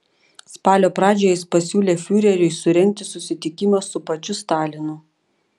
spalio pradžioje jis pasiūlė fiureriui surengti susitikimą su pačiu stalinu